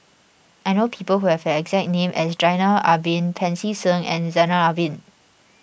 I know people who have the exact name as Zainal Abidin Pancy Seng and Zainal Abidin